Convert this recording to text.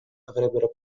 avrebbero